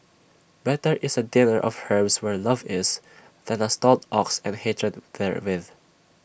better is A dinner of herbs where love is than A stalled ox and hatred therewith